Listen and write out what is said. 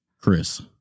Chris